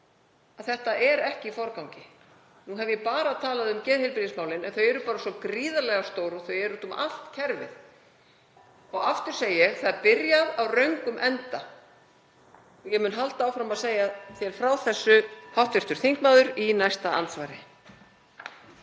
að þetta sé ekki í forgangi. Nú hef ég bara talað um geðheilbrigðismálin en þau eru bara svo gríðarlega stór og þau eru úti um allt kerfið. Og aftur segi ég: (Forseti hringir.) Það er byrjað á röngum enda. Ég mun halda áfram að segja þér frá þessu, hv. þingmaður, í næsta andsvari.